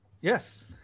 Yes